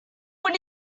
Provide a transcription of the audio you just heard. when